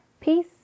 Peace